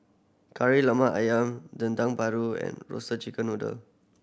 Kari Lemak Ayam Dendeng Paru and Roasted Chicken Noodle